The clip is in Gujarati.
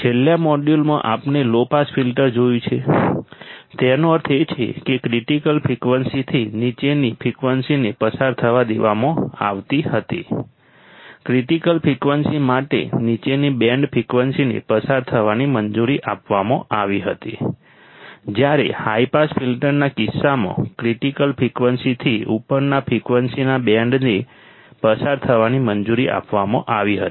છેલ્લા મોડ્યુલમાં આપણે લો પાસ ફિલ્ટર જોયું છે તેનો અર્થ એ કે ક્રિટિકલ ફ્રિકવન્સીથી નીચેની ફ્રિકવન્સીને પસાર થવા દેવામાં આવી હતી ક્રિટિકલ ફ્રિકવન્સી માટે નીચેની બેન્ડ ફ્રિકવન્સીને પસાર થવાની મંજૂરી આપવામાં આવી હતી જ્યારે હાઇ પાસ ફિલ્ટરના કિસ્સામાં ક્રિટિકલ ફ્રિકવન્સીથી ઉપરના ફ્રિકવન્સીના બેન્ડને પસાર થવાની મંજૂરી આપવામાં આવી હતી